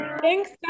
Thanks